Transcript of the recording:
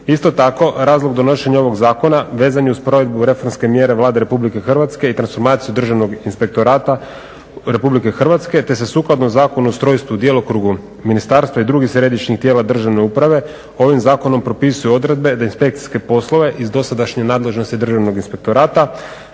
Isto tako, razlog donošenja ovog zakona vezan je uz provedbu reformske mjere Vlade RH i transformaciju državnog inspektorata RH te se sukladno Zakonu o ustrojstvu, djelokrugu ministarstva i drugih središnjih tijela državne uprave ovim zakonom propisuju odredbe da inspekcijske poslove iz dosadašnje nadležnosti državnog inspektorata